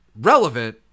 relevant